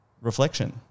reflection